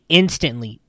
instantly